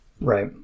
Right